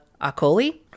Akoli